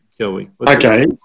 Okay